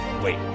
Wait